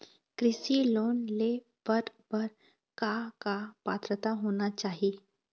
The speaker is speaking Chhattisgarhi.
कृषि लोन ले बर बर का का पात्रता होना चाही?